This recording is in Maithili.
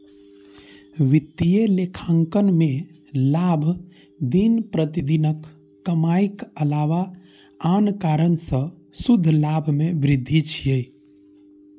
वित्तीय लेखांकन मे लाभ दिन प्रतिदिनक कमाइक अलावा आन कारण सं शुद्ध लाभ मे वृद्धि छियै